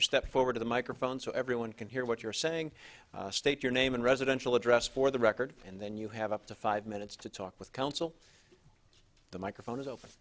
you step forward to the microphone so everyone can hear what you're saying state your name and residential address for the record and then you have up to five minutes to talk with council the microphone is o